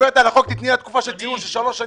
תני לה תקופה של צינון שלוש שנים,